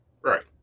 Right